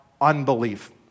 unbelief